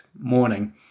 morning